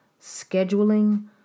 scheduling